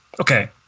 Okay